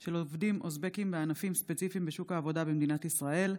של עובדים אוזבקים בענפים ספציפיים בשוק העבודה במדינת ישראל,